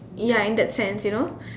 ya in that sense you know